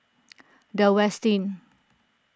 the Westin